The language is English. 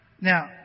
Now